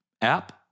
app